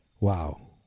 Wow